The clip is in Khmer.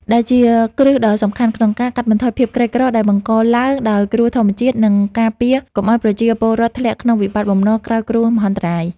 ដែលជាគ្រឹះដ៏សំខាន់ក្នុងការកាត់បន្ថយភាពក្រីក្រដែលបង្កឡើងដោយគ្រោះធម្មជាតិ និងការពារកុំឱ្យប្រជាពលរដ្ឋធ្លាក់ក្នុងវិបត្តិបំណុលក្រោយគ្រោះមហន្តរាយ។